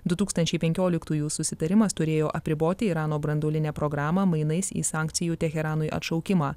du tūkstančiai penkioliktųjų susitarimas turėjo apriboti irano branduolinę programą mainais į sankcijų teheranui atšaukimą